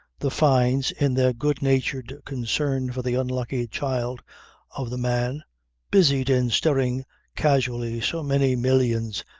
the fynes, in their good-natured concern for the unlucky child of the man busied in stirring casually so many millions,